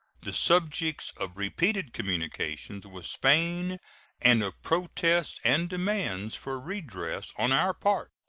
the subjects of repeated communications with spain and of protests and demands for redress on our part.